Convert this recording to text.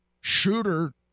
Shooter